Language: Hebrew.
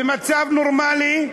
במצב נורמלי,